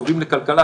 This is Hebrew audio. הטובים לכלכלה,